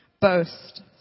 boast